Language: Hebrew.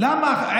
למה?